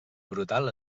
brutal